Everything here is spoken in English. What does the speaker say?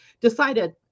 decided